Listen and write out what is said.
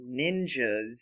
ninjas